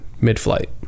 mid-flight